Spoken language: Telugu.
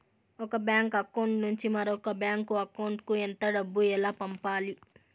ఒక బ్యాంకు అకౌంట్ నుంచి మరొక బ్యాంకు అకౌంట్ కు ఎంత డబ్బు ఎలా పంపాలి